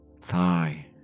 thigh